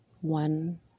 one